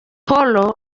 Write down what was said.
paul